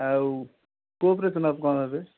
ଆଉ କେଉଁ ଅପେରସନ୍ କ'ଣ ହେବେ